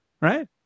right